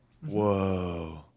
Whoa